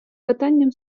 питанням